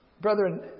Brethren